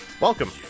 Welcome